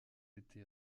été